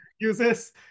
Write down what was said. uses